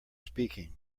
speaking